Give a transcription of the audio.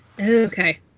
Okay